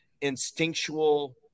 instinctual